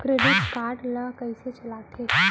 Debit card ला कइसे चलाते?